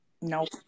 Nope